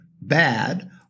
bad